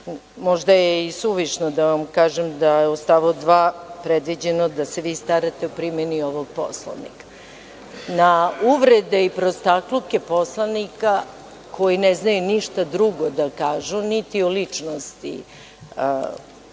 možda je i suvišno da vam kažem da je u stavu 2. predviđeno da se vi starate o primeni ovog Poslovnika. Na uvrede i prostakluke poslanika koji ne znaju ništa drugo da kažu, niti o ličnosti kandidata